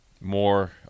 more